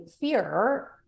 fear